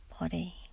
body